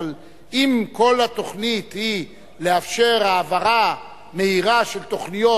אבל אם כל התוכנית היא לאפשר העברה מהירה של תוכניות